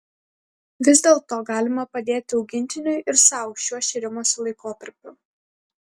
vis dėlto galima padėti augintiniui ir sau šiuo šėrimosi laikotarpiu